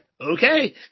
okay